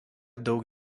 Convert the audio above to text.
daug